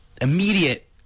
immediate